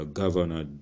governor